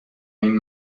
این